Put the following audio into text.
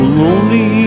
lonely